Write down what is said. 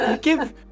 Give